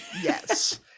Yes